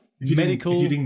medical